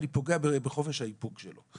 אני פוגע בחופש האיפוק שלו.